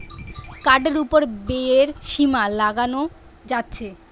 কার্ডের উপর ব্যয়ের সীমা লাগানো যাচ্ছে